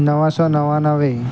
नव सौ नवानवे